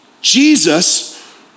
Jesus